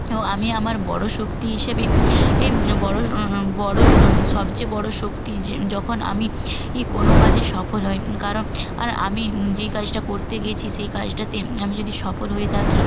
ও আমি আমার বড়ো শক্তি হিসেবে এ বড়ো বড়ো সবচেয়ে বড়ো শক্তি হিসে যখন আমি ই কোনো কাজে সফল হই কারণ আর আমি যেই কাজটা করতে গেছি সেই কাজটাতে আমি যদি সফল হয়ে থাকি